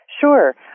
Sure